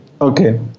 Okay